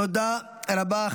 תודה רבה.